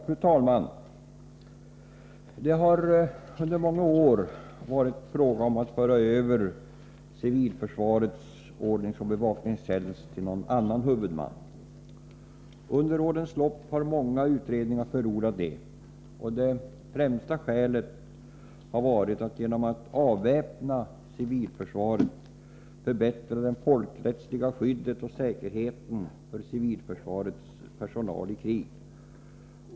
Fru talman! I många år har det varit fråga om att föra över civilförsvarets ordningsoch bevakningstjänst till någon annan huvudman. Under årens lopp har många utredningar förordat detta. Det främsta skälet har varit att man genom att avväpna civilförsvaret skulle förbättra det folkrättsliga skyddet och säkerheten för civilförsvarets personal i krig.